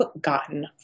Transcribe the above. gotten